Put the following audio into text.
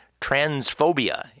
transphobia